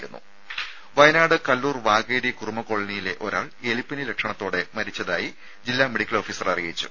രുദ വയനാട് കല്ലൂർ വാകേരി കുറുമ കോളനിയിലെ ഒരാൾ എലിപ്പനി ലക്ഷണങ്ങളോടെ മരിച്ചതായി ജില്ലാ മെഡിക്കൽ ഓഫീസർ അറിയിച്ചു